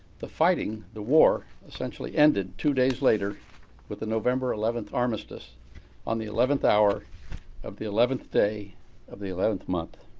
the fighting, the war, essentially ended two days later with the november eleven armistice on the eleventh hour of the eleventh day of the eleventh month.